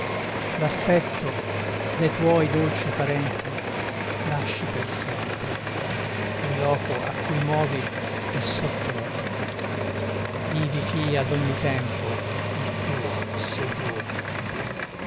l'aspetto de tuoi dolci parenti lasci per sempre il loco a cui movi è sotterra ivi fia d'ogni tempo il tuo soggiorno